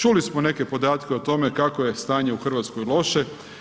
Čuli smo neke podatke o tome kako je stanje u Hrvatskoj loše.